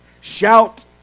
Shout